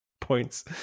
points